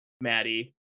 Maddie